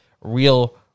real